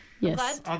Yes